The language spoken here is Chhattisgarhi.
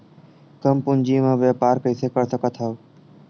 कम पूंजी म व्यापार कइसे कर सकत हव?